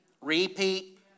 repeat